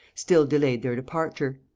still delayed their departure.